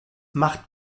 macht